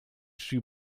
shoe